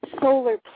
solar